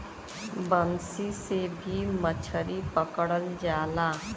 बंसी से भी मछरी पकड़ल जाला